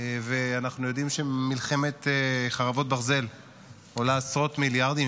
ואנחנו יודעים שמלחמת חרבות ברזל עולה עשרות מיליארדים,